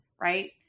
Right